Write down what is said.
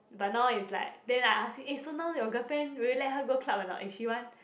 but now is like then I ask him eh so now your girlfriend will you let her go club or not if she want